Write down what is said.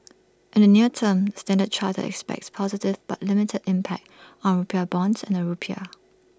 in the near term standard chartered expects positive but limited impact on rupiah bonds and the rupiah